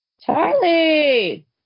Charlie